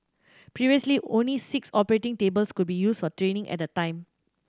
previously only six operating tables could be used for training at a time